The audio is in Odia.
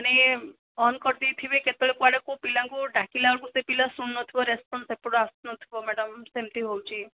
ମାନେ ଅନ୍ କରି ଦେଇଥିବେ କେତେବେଳେ କୁଆଡ଼େ ପିଲାଙ୍କୁ ଡାକିଲା ବେଳକୁ ସେ ପିଲା ଶୁଣୁ ନଥିବ ରେସପନ୍ସ ସେପଟୁ ଆସୁନଥିବ ମ୍ୟାଡ଼ମ ସେମିତି ହେଉଛି